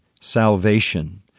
salvation